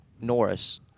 Norris